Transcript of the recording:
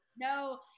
no